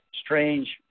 strange